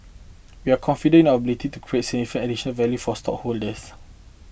we are confident in our ability to create significant additional value for our stockholders